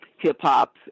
hip-hop